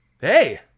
Hey